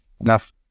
enough